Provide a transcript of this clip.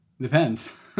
Depends